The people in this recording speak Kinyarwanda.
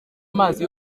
amazi